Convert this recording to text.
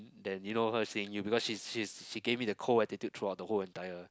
than you know her seeing you because she's she's she gave me the cold attitude throughout the whole entire